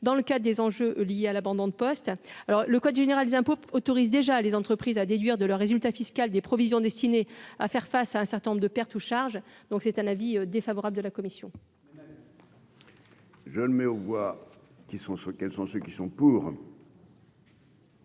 dans le cas des enjeux liés à l'abandon de poste, alors le code général des impôts autorise déjà les entreprises à déduire de leurs résultats fiscal des provisions destinées à faire face à un certain nombre de pertes ou charge donc c'est un avis défavorable de la commission. Madame. Je le mets aux voix qui sont ce qu'elles sont